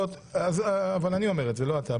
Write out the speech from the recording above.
אבל אני אומר את זה, לא אתה.